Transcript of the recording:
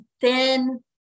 thin